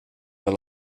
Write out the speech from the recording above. wel